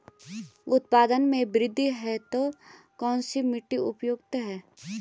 उत्पादन में वृद्धि हेतु कौन सी मिट्टी उपयुक्त है?